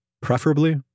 preferably